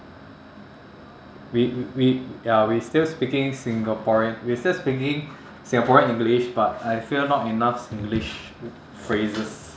we we ya we still speaking singaporean we still speaking singaporean english but I feel not enough singlish phrases